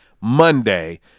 Monday